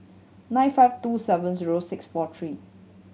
nine five two seven zero six four three